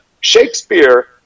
Shakespeare